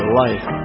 life